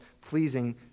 pleasing